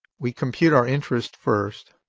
we compute our interest first.